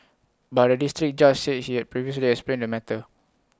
but the District Judge said he had previously explained the matter